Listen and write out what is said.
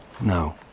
No